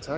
Kl.